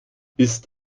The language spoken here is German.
ist